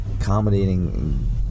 accommodating